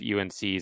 UNC's